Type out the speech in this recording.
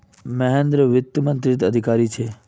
महेंद्र वित्त मंत्रालयत अधिकारी छे